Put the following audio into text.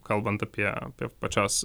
kalbant apie apie pačios